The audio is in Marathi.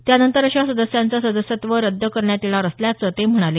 त्यानंतर अशा सदस्यांचं सदस्यत्व रद्द करण्यात येणार असल्याचं ते म्हणाले